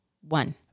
one